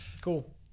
cool